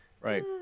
right